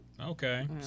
Okay